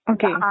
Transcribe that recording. Okay